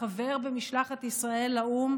חבר במשלחת ישראל לאו"ם,